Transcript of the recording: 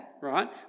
right